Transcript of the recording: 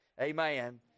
Amen